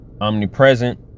omnipresent